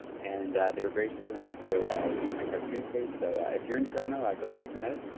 and they were gracious enough to use my cartoon face. so, if you're in toronto go check them out.